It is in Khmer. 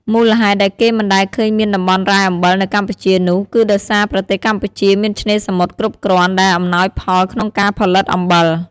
មូលហេតុដែលគេមិនដែលឃើំញមានតំបន់រ៉ែអំបិលនៅកម្ពុជានោះ គឺដោយសារប្រទេសកម្ពុជាមានឆ្នេរសមុទ្រគ្រប់គ្រាន់ ដែលអំណោយផលក្នុងការផលិតអំបិល។